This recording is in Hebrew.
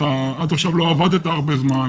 עד עכשיו לא עבדת הרבה זמן,